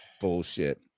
bullshit